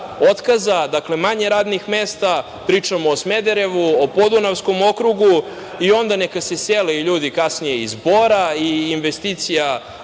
otkaza, dakle, manje radnih mesta. Pričamo o Smederevu, Podunavskom okrugu i onda neka se sele ljudi kasnije i iz Bora, i investicija